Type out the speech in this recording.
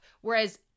Whereas